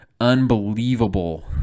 unbelievable